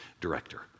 director